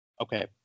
Okay